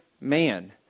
man